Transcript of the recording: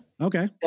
Okay